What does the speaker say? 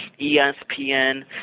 ESPN